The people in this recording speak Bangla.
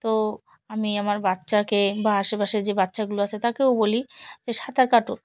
তো আমি আমার বাচ্চাকে বা আশেপাশে যে বাচ্চাগুলো আছে তাকেও বলি যে সাঁতার কাটো